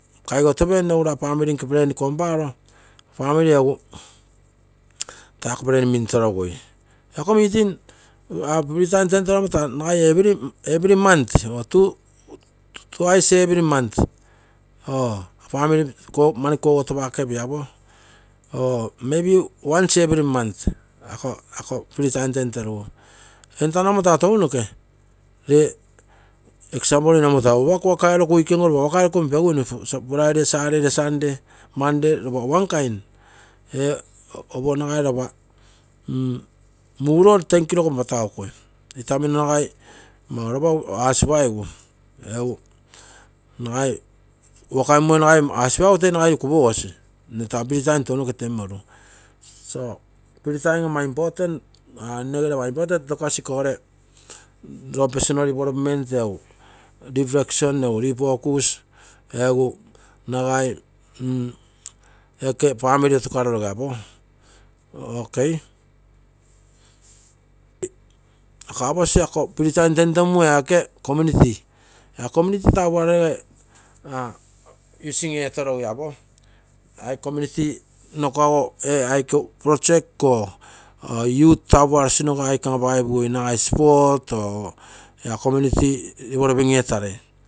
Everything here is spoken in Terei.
Kaigotopenno egu taa ako family nke plan komparo famly egu taa ako plan mintorogui egu ako nagai every month, twice every month, or family mani koguotopakepio apo or maybe once every month, ako free time tenterugu. Entano amo taa tounoke, eg: nne amo taa waka eroku, weekend ogo taa waka eroku penpeguine, friday, saturday, sunday, monday wankain, ee opo nagai lopa muro ten, o clock panpatagokui. Itamino nagai mauropa asipaigu, wakai mimoi ogo nagai asipaigu toi nagai kupogoe taa free time tounoke temumoru, so free time ama important nnegere ama important tokosi ikogere personal development egu reflextion egu refocus. Nagai famly otukareroge aposi ako free time tentemugu ia ia community tapuareroge using etogui apo aike community tapuareroge aike an apagaipugui nagai, sport for youth ia community developing etarei.